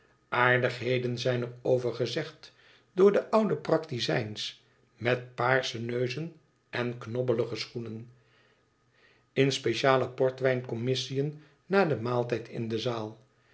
aardigheden zijn er over gezegd door de oude praktizijns met paarsche neuzen en knobbelige schoenen in speciale portwijncommissiën na den maaltijd in de zaal